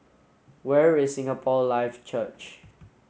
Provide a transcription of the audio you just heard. where is Singapore Life Church